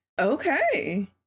Okay